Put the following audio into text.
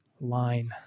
line